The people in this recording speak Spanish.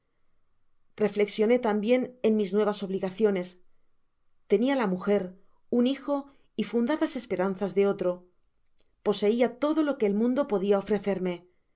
reflexioné tambien en mis nuevas obligaciones tenia la mujer un hijo y fundadas esperanzas de otro poseia todo lo que el mundo podia ofrecerme